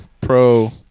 pro